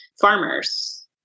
farmers